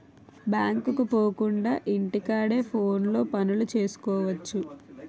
బ్యాంకుకు పోకుండా ఇంటి కాడే ఫోనులో పనులు సేసుకువచ్చు